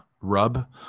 rub